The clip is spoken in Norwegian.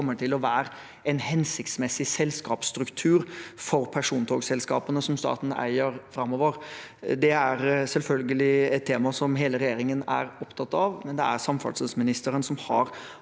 kommer til å være en hensiktsmessig selskapsstruktur for persontogselskapene som staten eier. Det er selvfølgelig et tema som hele regjeringen er opptatt av, men det er samferdselsministeren som har